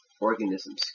organisms